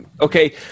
okay